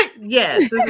Yes